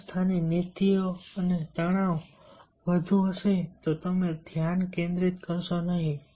સંસ્થાની નીતિઓ અને જો તણાવ વધુ હોય તો તમે ધ્યાન કેન્દ્રિત કરશો નહીં